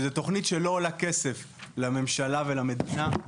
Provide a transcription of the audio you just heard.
זו תוכנית שלא עולה כסף לממשלה ולמדינה.